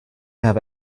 have